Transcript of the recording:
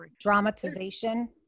dramatization